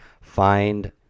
find